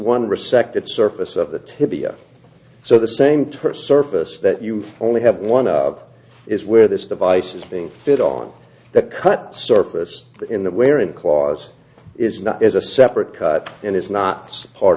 one resected surface of the tibia so the same terse surface that you only have one of is where this device is being fit on the cut surface in the wearing clause is not is a separate cut and is not part